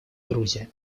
грузия